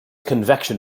convection